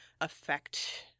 affect